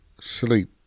sleep